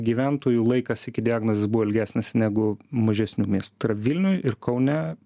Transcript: gyventojų laikas iki diagnozės buvo ilgesnis negu mažesnių miestų tai yra vilniuj ir kaune